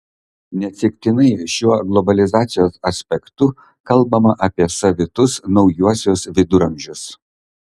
neatsitiktinai šiuo globalizacijos aspektu kalbama apie savitus naujuosius viduramžius